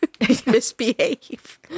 misbehave